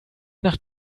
nach